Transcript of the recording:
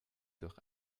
durch